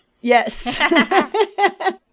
Yes